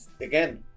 again